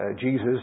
Jesus